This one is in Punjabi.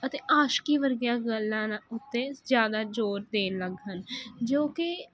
ਅਤੇ ਆਸ਼ਕੀ ਵਰਗੀਆਂ ਗੱਲਾਂ ਨ ਉੱਤੇ ਜਿਆਦਾ ਜੋਰ ਦੇਣ ਲੱਗ ਹਨ ਜੋ ਕਿ